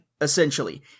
essentially